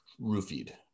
roofied